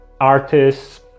artists